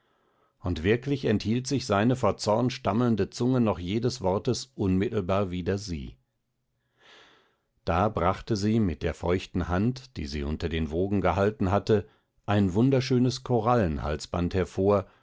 und wirklich enthielt sich seine vor zorn stammelnde zunge noch jedes wortes unmittelbar wider sie da brachte sie mit der feuchten hand die sie unter den wogen gehalten hatte ein wunderschönes korallenhalsband hervor